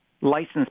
License